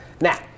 Now